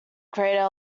crater